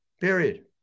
Period